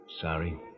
sorry